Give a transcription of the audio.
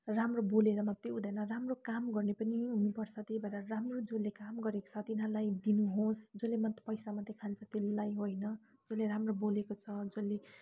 राम्रो बोलेर मात्रै हुँदैन राम्रो काम गर्ने पनि हुनुपर्छ त्यही भएर राम्रो जसले काम गरेको छ तिनीहरूलाई दिनुहोस् जसले पैसा मात्रै खान्छ त्यसलाई होइन जसले राम्रो बोलेको छ जसले